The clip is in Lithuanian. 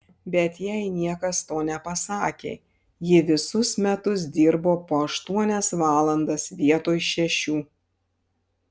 bet jai niekas to nepasakė ji visus metus dirbo po aštuonias valandas vietoj šešių